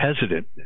hesitant